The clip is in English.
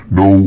no